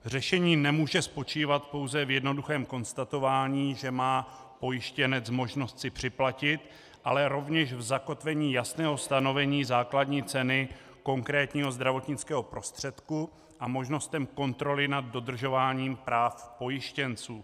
Řešení nemůže spočívat pouze v jednoduchém konstatování, že má pojištěnec možnost si připlatit, ale rovněž v zakotvení jasného stanovení základní ceny konkrétního zdravotnického prostředku a v možnostech kontroly nad dodržováním práv pojištěnců.